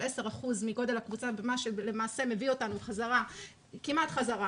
10% מגודל הקבוצה ומה שלמעשה מביא אותנו כמעט בחזרה